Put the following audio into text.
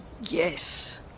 Yes